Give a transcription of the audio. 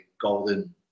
golden